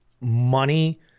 money